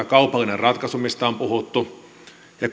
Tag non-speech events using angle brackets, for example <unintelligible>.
<unintelligible> kaupallinen ratkaisu mistä on puhuttu ja <unintelligible>